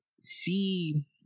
see